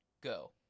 go